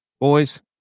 Boys